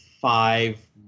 five